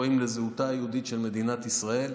רואים בזהותה היהודית של מדינת ישראל.